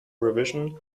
revision